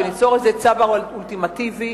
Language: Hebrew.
וליצור "צבר" אולטימטיבי,